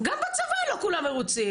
גם בצבא לא כולם מרוצים,